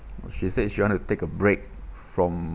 she said she want to take a break from